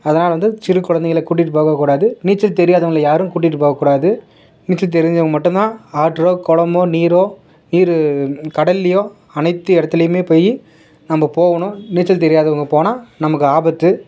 அதனால் வந்து சிறு குழந்தைகள கூட்டிகிட்டு போகக்கூடாது நீச்சல் தெரியாதவங்களை யாரும் கூட்டிகிட்டு போகக்கூடாது நீச்சல் தெரிஞ்சவங்க மட்டும்தான் ஆற்றோ குளமோ நீரோ நீர் கடலிலையோ அனைத்து இடத்துலையுமே போய் நம்ம போகணும் நீச்சல் தெரியாதவங்க போனால் நமக்கு ஆபத்து